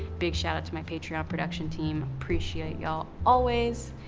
big shout out to my patreon production team, preciate y'all always.